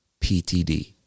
PTD